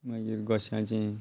मागीर गोश्याचें